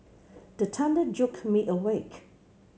the thunder jolt me awake